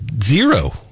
zero